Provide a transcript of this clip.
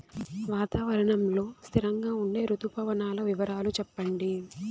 వాతావరణం లో స్థిరంగా ఉండే రుతు పవనాల వివరాలు చెప్పండి?